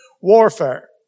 warfare